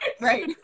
Right